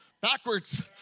backwards